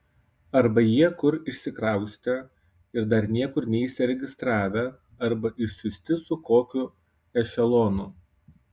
arba jie kur išsikraustę ir dar niekur neįsiregistravę arba išsiųsti su kokiu ešelonu